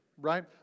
right